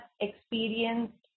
experienced